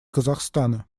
казахстана